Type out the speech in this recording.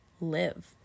live